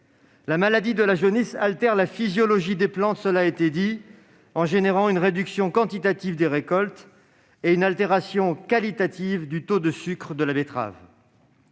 la maladie de la jaunisse altère la physiologie des plantes en entraînant une réduction quantitative des récoltes et qualitative du taux de sucre de la betterave.